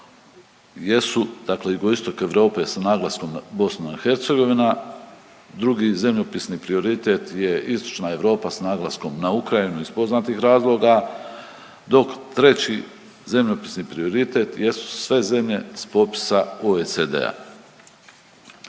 jesu dakle jugoistok Europe sa naglaskom na BiH. Drugi zemljopisni prioritet je Istočna Europa s naglaskom na Ukrajinu iz poznatih razloga, dok treći zemljopisni prioritet jesu sve zemlje s popisa OECD-a.